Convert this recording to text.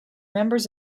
members